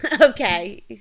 Okay